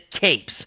Capes